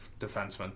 defenseman